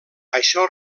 això